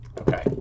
Okay